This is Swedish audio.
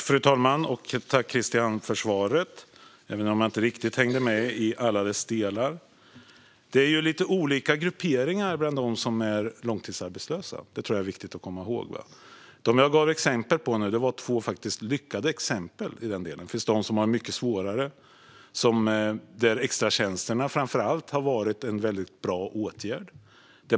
Fru talman! Tack, Christian, för svaret - även om jag inte riktigt hängde med i alla dess delar! Det är lite olika grupperingar bland dem som är långtidsarbetslösa; det tror jag är viktigt att komma ihåg. De två exempel jag gav är lyckade exempel. Det finns de som har det mycket svårare, och för dem har framför allt extratjänsterna varit en bra åtgärd.